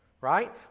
right